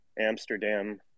Amsterdam